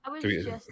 three